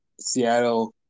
Seattle